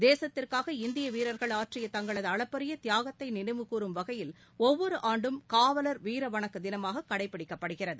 தேசத்திற்காக இந்திய வீரர்கள் ஆற்றிய தங்களது அளப்பரிய தியாகத்தை நினைவுகூறும் வகையில் ஒவ்வொரு ஆண்டும் காவல் வீரவணக்க தினமாக கடைப்பிடிக்கப்படுகிறது